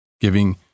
Giving